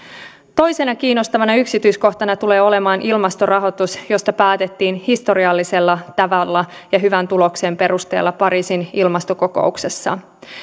toisena kiinnostavana yksityiskohtana tulee olemaan ilmastorahoitus josta päätettiin historiallisella tavalla ja hyvän tuloksen perusteella pariisin ilmastokokouksessa